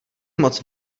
moc